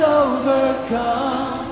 overcome